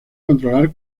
controlar